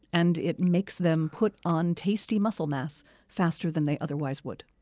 and it makes them put on tasty muscle mass faster than they otherwise would